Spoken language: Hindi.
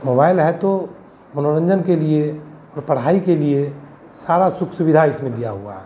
मोबाइल है तो मनोरंजन के लिए और पढ़ाई के लिए सारा सुख सुविधा इसमें दिया हुआ है